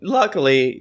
luckily